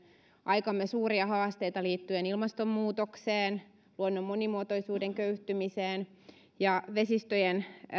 aikamme suuria haasteita liittyen ilmastonmuutokseen luonnon monimuotoisuuden köyhtymiseen ja vesistöjen